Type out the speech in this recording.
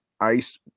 ICE